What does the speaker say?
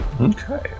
Okay